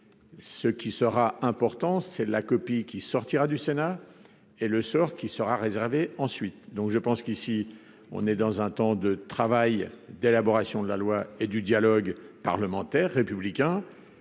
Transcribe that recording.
ce qui sera important c'est la copie qui sortira du Sénat et le sort qui sera réservé, ensuite, donc je pense qu'ici on est dans un temps de travail d'élaboration de la loi et du dialogue parlementaire républicain,